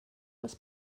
was